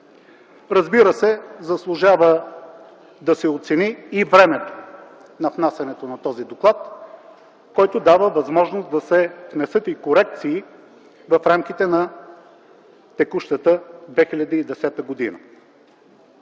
Разбира се, заслужава да се оцени и времето на внасянето на този доклад, което дава възможност да се внесат и корекции в рамките на текущата 2010 г.